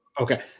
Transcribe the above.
Okay